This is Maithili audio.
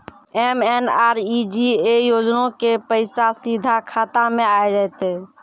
एम.एन.आर.ई.जी.ए योजना के पैसा सीधा खाता मे आ जाते?